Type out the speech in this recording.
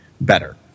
better